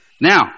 Now